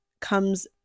comes